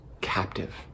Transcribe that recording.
captive